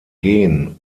gen